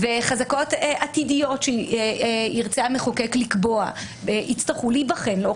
חזקות עתידיות שירצה המחוקק לקבוע יצטרכו להיבחן לאור